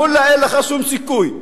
מולה, אין לך שום סיכוי.